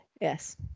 yes